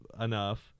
enough